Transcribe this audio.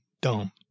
dumb